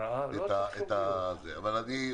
--- תגיד לי,